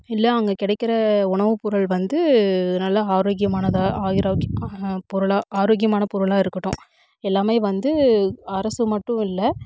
இல்லை அங்கே கிடைக்கிற உணவு பொருள் வந்து நல்லா ஆரோக்கியமானதாக ஆயிரோக் பொருளாக ஆரோக்கியமான பொருளாக இருக்கட்டும் எல்லாமே வந்து அரசு மட்டும் இல்லை